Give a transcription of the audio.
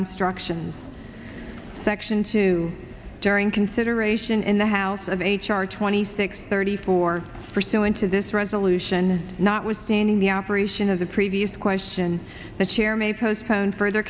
instruction section two during consideration in the house of h r twenty six thirty four pursuant to this resolution notwithstanding the operation as a previous question the chair may postpone further